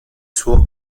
suo